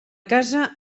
casa